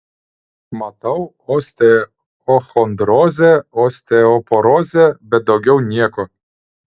matau osteochondrozę osteoporozę bet daugiau nieko